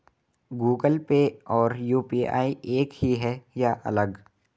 Google Pay और UPI एक ही है या अलग?